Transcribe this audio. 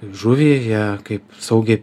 žuvį ją kaip saugiai